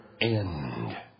end